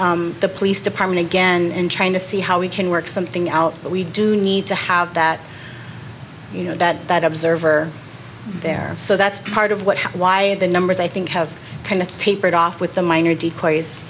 the police department again and trying to see how we can work something out but we do need to have that you know that that observer there so that's part of what why the numbers i think have kind of tapered off with the minor decoys